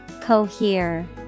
Cohere